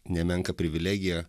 nemenką privilegiją